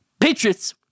Patriots